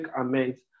amends